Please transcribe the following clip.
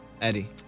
Eddie